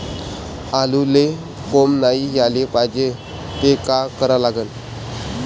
आलूले कोंब नाई याले पायजे त का करा लागन?